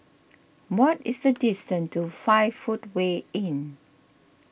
what is the distance to five Footway Inn